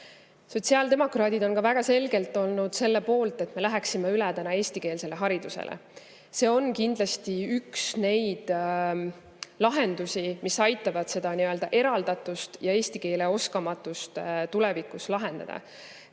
Sotsiaaldemokraadid on ka väga selgelt olnud selle poolt, et me läheksime üle eestikeelsele haridusele. See on kindlasti üks neid lahendusi, mis aitavad seda eraldatust ja eesti keele oskamatust tulevikus [vähendada].